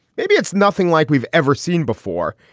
maybe it's nothing like we've ever seen before.